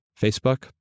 facebook